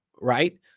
Right